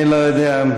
אני לא יודע.